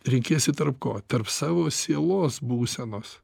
renkiesi tarp ko tarp savo sielos būsenos